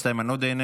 הכנסת אריאל קלנר,